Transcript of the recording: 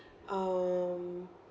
um